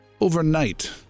overnight